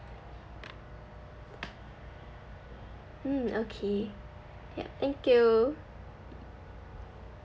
mm okay yup thank you